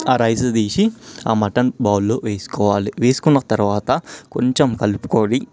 ఆ రైస్ తీసి ఆ మటన్ బౌల్లో వేసుకోవాలి వేసుకున్న తరువాత కొంచెం కలుపుకొని